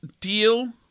deal